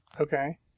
Okay